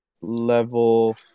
level